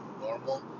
normal